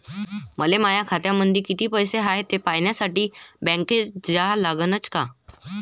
मले माया खात्यामंदी कितीक पैसा हाय थे पायन्यासाठी बँकेत जा लागनच का?